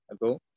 ago